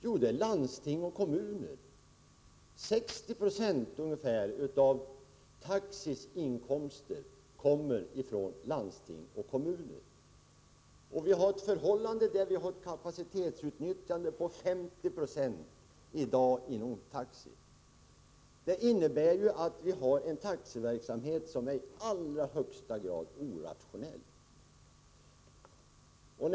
Jo, det är landsting och kommuner. Ungefär 60 96 av taxis inkomster kommer från landsting och kommuner. Kapacitetsutnyttjandet hos taxi är 50 90 i dag. Det innebär att vi har en i allra högsta grad orationell taxiverksamhet.